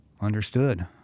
Understood